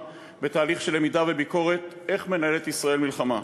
בתהליך של למידה וביקורת: איך מנהלת ישראל מלחמה?